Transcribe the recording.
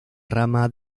rama